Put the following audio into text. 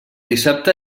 dissabte